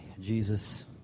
jesus